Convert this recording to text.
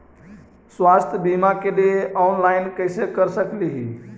स्वास्थ्य बीमा के लिए ऑनलाइन कैसे कर सकली ही?